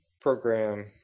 program